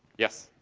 yes?